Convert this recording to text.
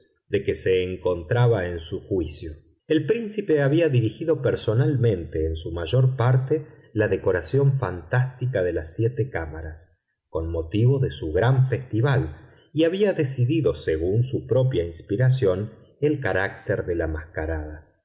de que se encontraba en su juicio el príncipe había dirigido personalmente en su mayor parte la decoración fantástica de las siete cámaras con motivo de su gran festival y había decidido según su propia inspiración el carácter de la mascarada